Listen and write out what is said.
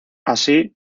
así